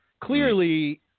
clearly